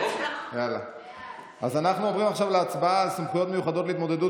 אז אנחנו עוברים עכשיו להצבעה על תקנות סמכויות מיוחדות להתמודדות